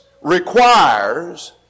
requires